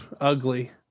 ugly